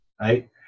Right